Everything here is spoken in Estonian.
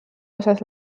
osas